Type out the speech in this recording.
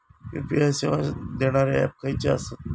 UPI सेवा देणारे app खयचे आसत?